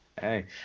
Hey